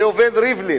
ראובן ריבלין,